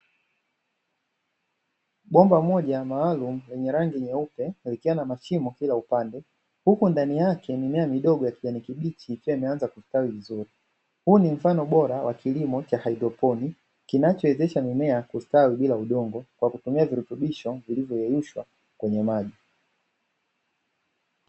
Bomba moja maalumu lenye rangi nyeupe likiwa na mashimo kila upande, huku ndani yake mimea midogo ya kijani kibichi ikiwa imeanza kustawi vizuri. Huu ni mfano bora wa kilimo cha haidroponi kinachowezesha mimea kustawi bila udongo kwa kutumia virutubisho vilivyoyeyushwa kwenye maji.